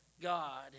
God